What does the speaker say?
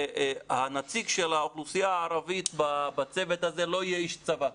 שהנציג של האוכלוסייה הערבית בצוות הזה לא יהיה איש צבא.